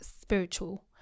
spiritual